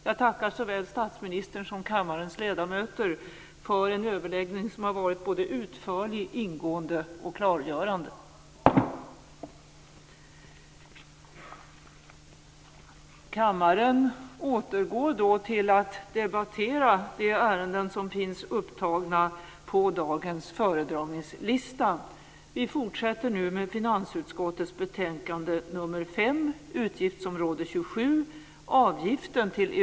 Jag tackar såväl statsministern som kammarens ledamöter för en överläggning som har varit både utförlig, ingående och klargörande.